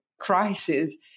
crisis